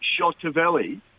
Shotavelli